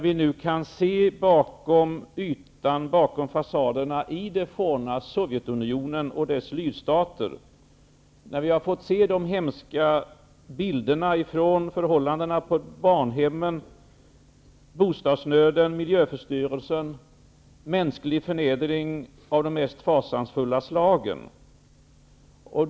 Vi kan ju nu se bakom fasaderna i det forna Sovjetunionen och i dess lydstater. Vi har ju sett hemska bilder som visar förhållandena på barnhem. Vi har också sett bostadsnöden, miljöförstörelsen och mänsklig förnedring av fasansfullaste slag.